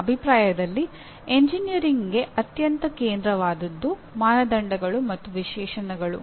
ನನ್ನ ಅಭಿಪ್ರಾಯದಲ್ಲಿ ಎಂಜಿನಿಯರಿಂಗ್ಗೆ ಅತ್ಯಂತ ಕೇಂದ್ರವಾದದ್ದು ಮಾನದಂಡಗಳು ಮತ್ತು ವಿಶೇಷಣಗಳು